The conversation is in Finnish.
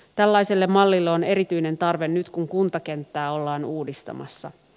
tällaiselle mallille on erityinen tarve nyt kun kuntakenttää ollaan uudistamassa